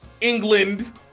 England